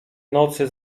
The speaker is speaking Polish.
nocy